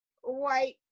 white